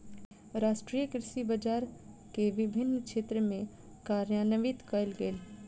राष्ट्रीय कृषि बजार के विभिन्न क्षेत्र में कार्यान्वित कयल गेल